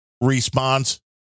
response